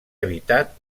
habitat